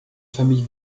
famille